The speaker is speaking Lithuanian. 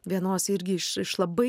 vienos irgi iš iš labai